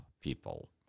people